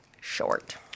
short